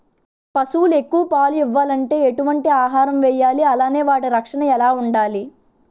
పశువులు ఎక్కువ పాలు ఇవ్వాలంటే ఎటు వంటి ఆహారం వేయాలి అలానే వాటి రక్షణ ఎలా వుండాలి?